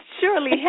surely